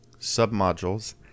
Submodules